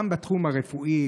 גם בתחום הרפואי,